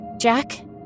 Jack